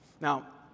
Now